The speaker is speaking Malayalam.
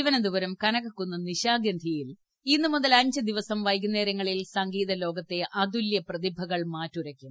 തിരുവനന്തപുരം കനകക്കുന്ന് നിശാഗന്ധിയിൽ ഇന്ന് മുതൽ അഞ്ച് ദിവസം വൈകുന്നേരങ്ങളിൽ സംഗീത ലോകത്തെ അതുല്യ പ്രതിഭകൾ മാറ്റുരയ്ക്കും